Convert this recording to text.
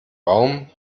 baum